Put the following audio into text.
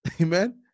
Amen